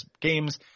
games